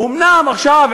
אומנם עכשיו,